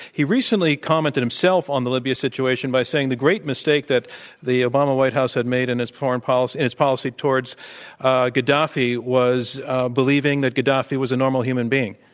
he recently commented himself on the libya situation by saying the great mistake that the obama white house had made in its foreign policy in its policy towards ah gaddafi was believing that gaddafi was a normal human being.